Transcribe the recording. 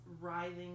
writhing